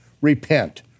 repent